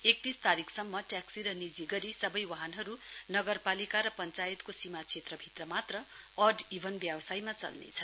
एकतीस तारीकसम्म ट्याक्सी र निजी गरी सबै वाहनहरू नगरपालिका र पश्चायतको सीमाक्षेत्रभित्र मात्र अड ईभन व्यवस्थामा चल्नेछ